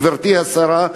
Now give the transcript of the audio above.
גברתי השרה,